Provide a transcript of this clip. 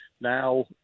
now